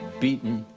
beaten,